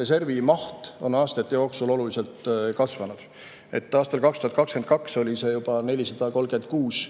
reservi maht on aastate jooksul oluliselt kasvanud. Aastal 2022 oli see juba 436